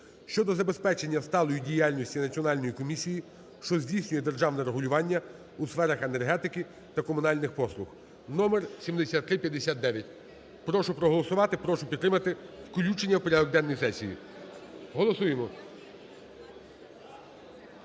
щодо забезпечення сталої діяльності Національної комісії, що здійснює державне регулювання у сферах енергетики та комунальних послуг (номер 7359). Прошу проголосувати, прошу підтримати включення в порядок денний сесії. Голосуємо.